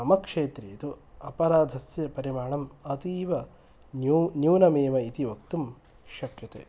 मम क्षेत्रे तु अपराधस्य परिमाणं अतीव न्यु न्यूनं एव इति वक्तुं शक्यते